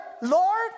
Lord